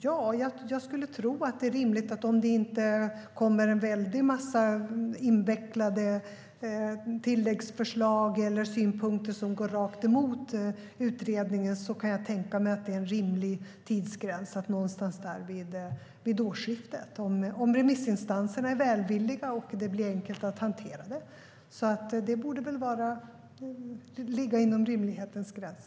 Jag skulle tro att det är rimligt, om det inte kommer en massa invecklade tilläggsförslag eller synpunkter som går rakt emot utredningen, att tidsgränsen blir någonstans vid årsskiftet - om remissinstanserna är välvilliga och det blir enkelt att hantera frågan. Det borde ligga inom rimlighetens gräns.